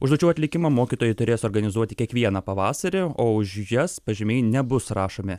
užduočių atlikimą mokytojai turės organizuoti kiekvieną pavasarį o už jas pažymiai nebus rašomi